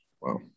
Wow